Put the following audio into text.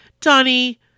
Donnie